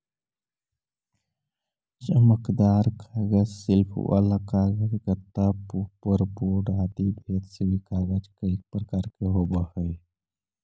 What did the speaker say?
चमकदार कागज, शिल्प वाला कागज, गत्ता, पोपर बोर्ड आदि भेद से भी कागज कईक प्रकार के होवऽ हई